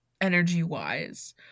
energy-wise